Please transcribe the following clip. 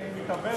אני מקווה,